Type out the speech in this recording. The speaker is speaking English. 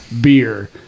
beer